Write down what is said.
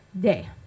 day